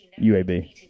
UAB